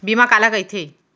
बीमा काला कइथे?